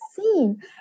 seen